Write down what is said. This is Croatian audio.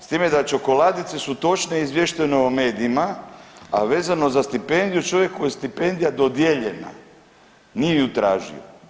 s time da čokoladice su točno izvještene u medijima, a vezano za stipendiju čovjeku je stipendija dodijeljena, nije ju tražio.